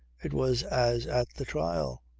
it was as at the trial.